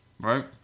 right